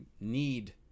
need